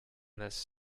this